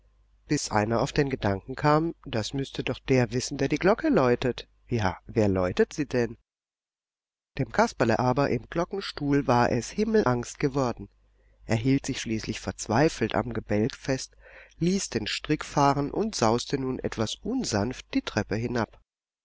bis einer auf den gedanken kam das müßte doch der wissen der die glocke läutet ja wer läutet sie denn dem kasperle aber im glockenstuhl war es himmelangst geworden er hielt sich schließlich verzweifelt am gebälk fest ließ den strick fahren und sauste nun etwas unsanft die treppe hinab